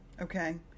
okay